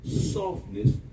softness